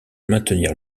maintenir